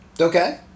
okay